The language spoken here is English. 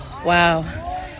wow